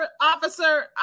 officer